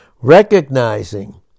recognizing